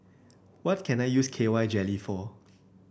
what can I use K Y Jelly for